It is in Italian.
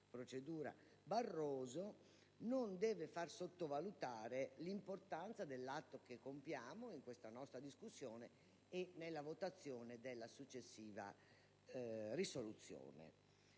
procedura Barroso, non deve far sottovalutare l'importanza dell'atto che compiamo nella nostra discussione e nella successiva votazione